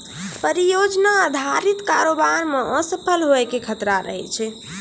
परियोजना अधारित कारोबार मे असफल होय के खतरा रहै छै